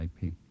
IP